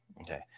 Okay